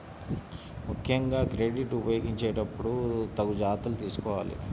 ముక్కెంగా క్రెడిట్ ఉపయోగించేటప్పుడు తగు జాగర్తలు తీసుకోవాలి